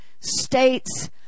States